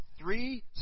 Three